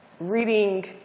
Reading